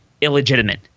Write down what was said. illegitimate